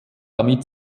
damit